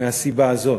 מהסיבה הזאת.